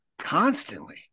constantly